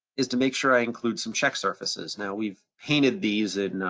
is to make sure i include some check surfaces. now we've painted these